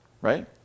right